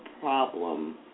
problem